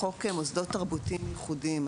לחוק מוסדות תרבותיים ייחודיים.